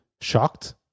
shocked